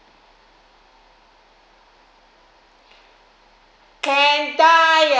can die ah